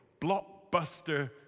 blockbuster